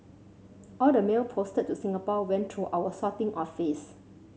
all the mail posted to Singapore went through our sorting office